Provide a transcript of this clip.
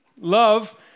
Love